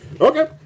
Okay